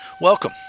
Welcome